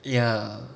ya